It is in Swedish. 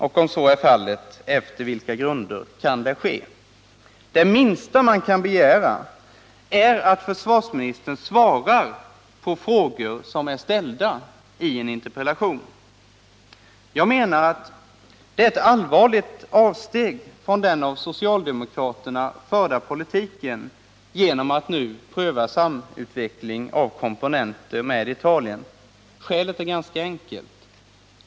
Om så är fallet, efter vilka grunder kan det ske?” Det minsta man kan begära är att försvarsministern svarar på frågor som är Nr 36 ställda i en interpellation. Måndagen den Jag menar att det är ett allvarligt avsteg från den av socialdemokraterna 20 november 1978 förda politiken som gjorts genom att man nu prövar möjligheten till samutveckling av komponenter med Italien. Skälet är ganska enkelt.